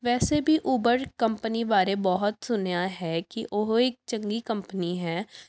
ਵੈਸੇ ਵੀ Uber company ਬਾਰੇ ਬਹੁਤ ਸੁਣਿਆ ਹੈ ਕਿ ਉਹ ਇੱਕ ਚੰਗੀ ਕੰਪਨੀ ਹੈ